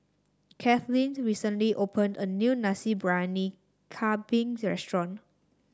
Kathleen recently opened a new Nasi Briyani Kambing restaurant